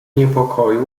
niepokoju